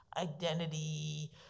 identity